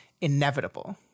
inevitable